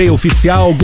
Oficial